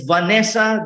Vanessa